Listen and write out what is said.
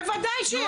בוודאי שיש.